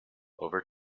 over